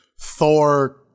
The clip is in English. Thor